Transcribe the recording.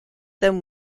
them